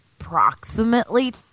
approximately